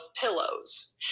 pillows